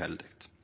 er